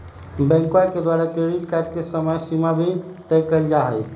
बैंकवा के द्वारा क्रेडिट कार्ड के समयसीमा भी तय कइल जाहई